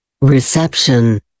reception